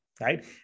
right